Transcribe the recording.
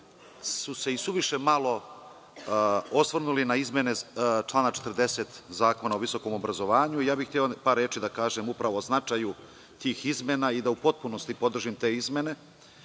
su se i suviše malo osvrnuli na izmene člana 40. Zakona o visokom obrazovanju i ja bih hteo par reči da kažem upravo o značaju tih izmena i da u potpunosti podržim te izmene. Kao